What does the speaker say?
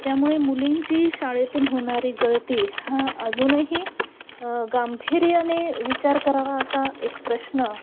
त्यामुळे मुलींची शाळेतून होणारी गळती हा अजूनही गांभीर्याने विचार करावा असा एक प्रश्न